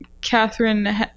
Catherine